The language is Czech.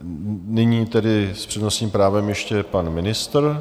Nyní tedy s přednostním právem ještě pan ministr.